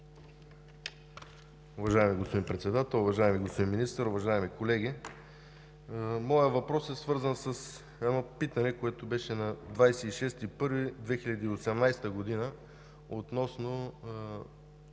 Уважаеми господин Председател, уважаеми господин Министър, уважаеми колеги! Моят въпрос е свързан с едно питане, което беше на 26 януари 2018 г., относно